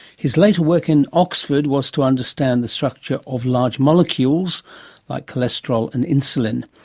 his later work in oxford was to understand the structure of large molecules like cholesterol and insulin.